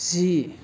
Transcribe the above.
जि